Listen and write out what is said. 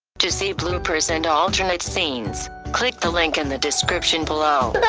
to see bloopers and alternate scenes, click the link in the description below.